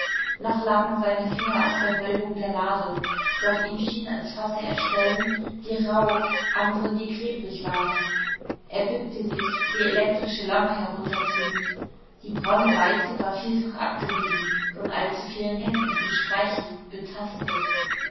noch lagen seine finger auf der wölbung der lade doch ihm schien als fasse er stellen die rauh andere die klebrig waren er bückte sich die elektrische lampe herunterziehend die braune beize war vielfach abgerieben von allzu vielen händen gestreichelt betastet